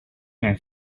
mijn